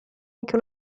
anche